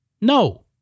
No